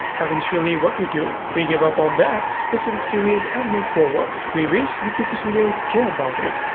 eventually, what we do! we give up on that specific series and move forward. we wish the turkish media would care about it.